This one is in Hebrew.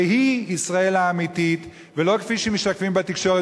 והיא ישראל האמיתית, ולא כפי שמשקפים בתקשורת.